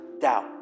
doubt